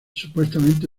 supuestamente